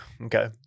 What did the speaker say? Okay